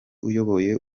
uyoboye